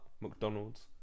McDonald's